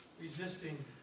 resisting